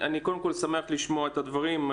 אני שמח לשמוע את הדברים,